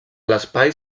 l’espai